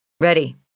Ready